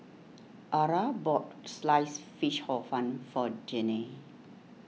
Arah bought Sliced Fish Hor Fun for Janene